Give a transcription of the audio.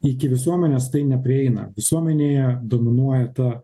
iki visuomenės tai neprieina visuomenėje dominuoja ta